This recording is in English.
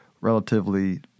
relatively